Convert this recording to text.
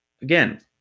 Again